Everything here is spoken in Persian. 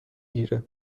گیره